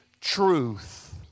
truth